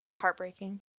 heartbreaking